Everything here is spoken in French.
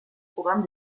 programme